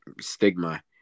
stigma